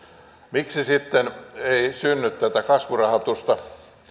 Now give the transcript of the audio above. miksi sitten ei synny tätä kasvurahoitusta ja